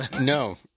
no